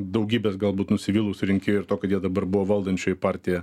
daugybės galbūt nusivylusių rinkėjų ir to kad jie dabar buvo valdančioji partija